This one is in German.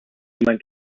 mein